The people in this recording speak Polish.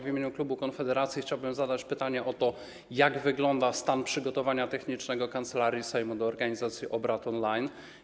W imieniu klubu Konfederacji chciałbym zadać pytanie o to, jak wygląda stan przygotowania technicznego Kancelarii Sejmu do organizacji obrad on-line.